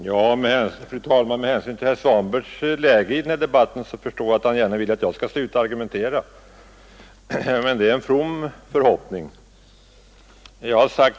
Fru talman! Med hänsyn till herr Svanbergs läge i den här debatten förstår jag att han gärna vill att jag skall sluta att argumentera; det är dock en from förhoppning.